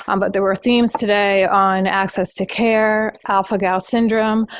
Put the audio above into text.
um but there were themes today on access to care, alpha-gal syndrome,